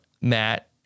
Matt